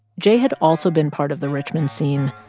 j had also been part of the richmond scene,